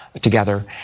together